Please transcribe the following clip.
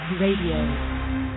Radio